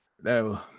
no